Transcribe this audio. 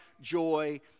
joy